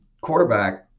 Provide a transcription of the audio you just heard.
quarterback